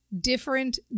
different